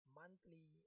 monthly